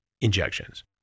injections